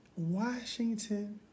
Washington